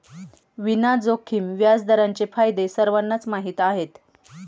विना जोखीम व्याजदरांचे फायदे सर्वांनाच माहीत आहेत